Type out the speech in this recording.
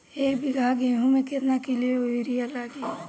एक बीगहा गेहूं में केतना किलो युरिया लागी?